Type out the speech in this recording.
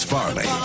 Farley